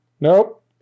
Nope